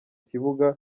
kibuga